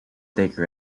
take